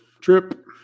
trip